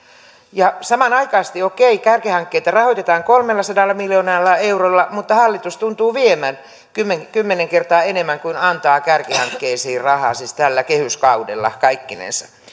ja samanaikaisesti okei kärkihankkeita rahoitetaan kolmellasadalla miljoonalla eurolla mutta hallitus tuntuu vievän kymmenen kymmenen kertaa enemmän kuin antaa kärkihankkeisiin rahaa siis tällä kehyskaudella kaikkinensa